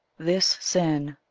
this sin,